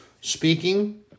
speaking